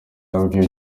yabwiye